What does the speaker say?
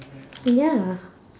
ya